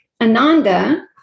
Ananda